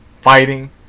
fighting